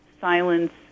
silence